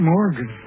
Morgan